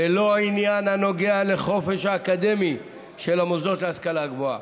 ולא עניין הנוגע לחופש האקדמי של המוסדות להשכלה גבוהה.